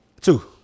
Two